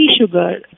sugar